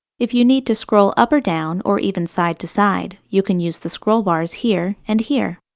if you need to scroll up or down or even side to side, you can use the scroll bars here and here.